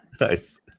Nice